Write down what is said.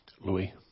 Louis